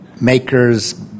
maker's